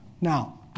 Now